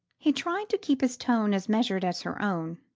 he tried to keep his tone as measured as her own.